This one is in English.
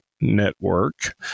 Network